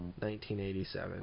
1987